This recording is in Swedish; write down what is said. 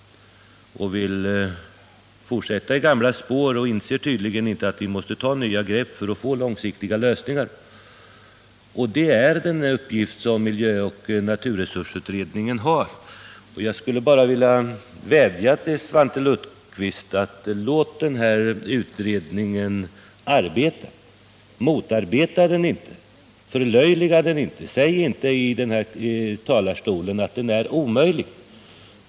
Han vill fortsätta i gamla spår och inser tydligen inte att vi måste ta nya grepp för att få långsiktiga lösningar. Det är just uppgiften att finna dessa lösningar som naturresursoch miljöutredningen har. Jag skulle vilja vädja till Svante Lundkvist: Låt den här utredningen arbeta. Motarbeta den inte, förlöjliga den inte. Säg inte från den här talarstolen att den är omöjlig.